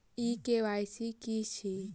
ई KYC की अछि?